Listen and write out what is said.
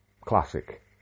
Classic